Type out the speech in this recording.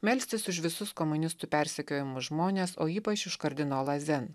melstis už visus komunistų persekiojamus žmones o ypač už kardinolą zen